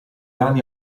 anni